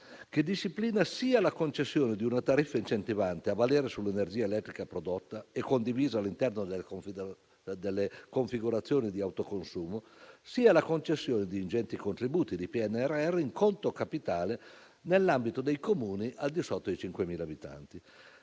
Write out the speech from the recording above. che disciplina, sia la concessione di una tariffa incentivante a valere sull'energia elettrica prodotta e condivisa all'interno delle configurazioni di autoconsumo, sia la concessione di ingenti contributi di PNRR in conto capitale nell'ambito dei Comuni al di sotto dei 5.000 abitanti.